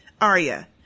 Arya